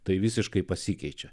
tai visiškai pasikeičiau